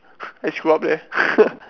I screw up there